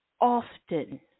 often